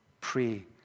pray